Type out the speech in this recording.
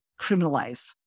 criminalize